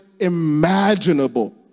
imaginable